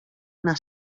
una